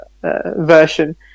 version